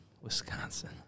Wisconsin